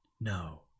No